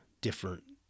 different